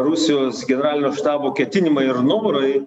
rusijos generalinio štabo ketinimai ir norai